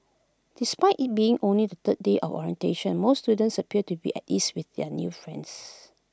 despite IT being only the third day of orientation most students appeared to be at ease with their new friends